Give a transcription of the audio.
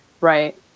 Right